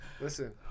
Listen